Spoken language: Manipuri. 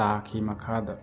ꯇꯥꯈꯤ ꯃꯈꯥꯗ